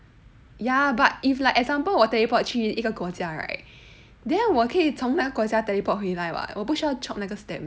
ya but if like example 我 teleport 去一个国家 right then 我可以从那个国家 teleport 回来 [what] 我不需要 chop 那个 stamp